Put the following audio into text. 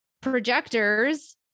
projectors